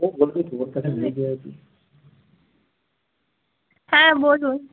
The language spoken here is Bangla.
হ্যাঁ বলুন